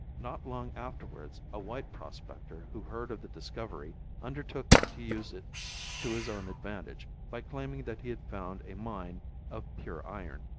not long afterwards a white prospector who heard of the discovery undertook to use it to his own advantage, by claiming that he had found a mine of pure iron,